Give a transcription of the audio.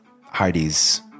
Heidi's